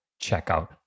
checkout